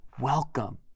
welcome